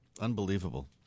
Unbelievable